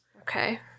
Okay